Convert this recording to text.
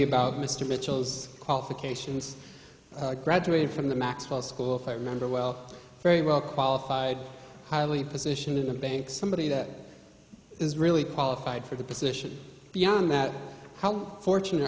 about mr mitchell those qualifications graduated from the maxwell school if i remember well very well qualified highly position in the bank somebody that is really qualified for the position beyond that how fortunate